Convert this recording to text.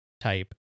type